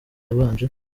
yabanje